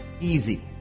Easy